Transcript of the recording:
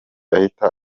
ahita